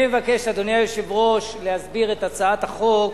מבקש, אדוני היושב-ראש, להסביר את הצעת החוק,